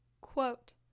Quote